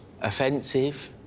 Offensive